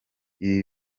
ibi